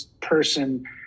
person